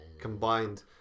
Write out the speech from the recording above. combined